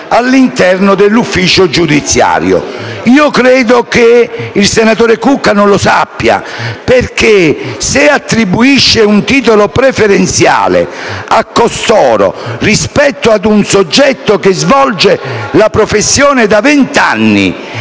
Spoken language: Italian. all'interno dell'ufficio giudiziario. Credo che il senatore Cucca non lo sappia, proprio perché attribuisce un titolo preferenziale a costoro rispetto a un soggetto che svolge la professione da vent'anni.